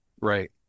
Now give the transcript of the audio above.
Right